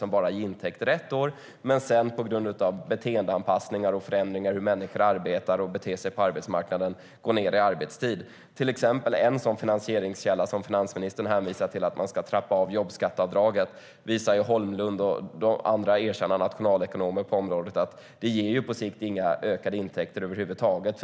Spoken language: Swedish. Det ger intäkter ett år men på grund av beteendeanpassningar och förändringar i hur människor arbetar och beter sig på arbetsmarknaden går det sedan ned. När det till exempel gäller en sådan finansieringskälla som finansministern hänvisar till, att man ska trappa av jobbskatteavdragen, visar Holmlund och andra erkända nationalekonomer på området att det på sikt inte ger några ökade intäkter över huvud taget.